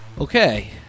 Okay